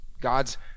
God's